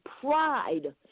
pride